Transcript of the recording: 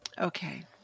Okay